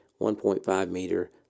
1.5-meter